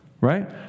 right